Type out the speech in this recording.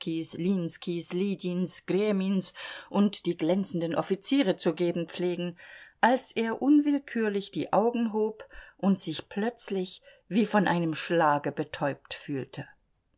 lidins gremins und die glänzenden offiziere zu geben pflegen als er unwillkürlich die augen hob und sich plötzlich wie von einem schlage betäubt fühlte